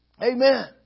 Amen